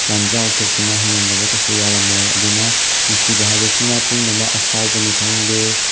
ꯂꯥꯟꯖꯥꯎ ꯊꯣꯛꯇꯨꯅ ꯍꯤꯡꯃꯤꯟꯅꯕ ꯀꯩꯁꯨ ꯌꯥꯔꯝꯃꯣꯏ ꯑꯗꯨꯅ ꯅꯨꯡꯁꯤꯕ ꯍꯥꯏꯕꯁꯤꯅ ꯄꯨꯝꯅꯃꯛ ꯑꯁꯥꯎꯕꯅꯤ ꯈꯪꯗꯦ